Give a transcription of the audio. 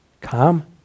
Calm